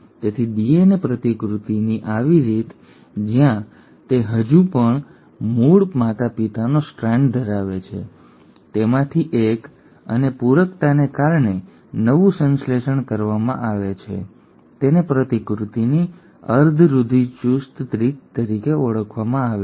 તેથી ડીએનએ પ્રતિકૃતિની આવી રીત જ્યાં તે હજી પણ મૂળ માતાપિતાનો સ્ટ્રાન્ડ ધરાવે છે તેમાંથી એક અને પૂરકતાને કારણે નવું સંશ્લેષણ કરવામાં આવે છે તેને પ્રતિકૃતિની અર્ધ રૂઢિચુસ્ત રીત તરીકે ઓળખવામાં આવે છે